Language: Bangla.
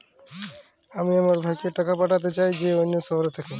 আমি আমার ভাইকে টাকা পাঠাতে চাই যে অন্য শহরে থাকে